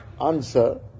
answer